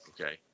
Okay